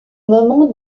moment